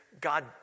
God